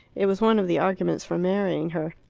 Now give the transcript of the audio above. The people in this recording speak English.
it was one of the arguments for marrying her.